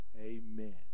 Amen